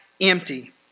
empty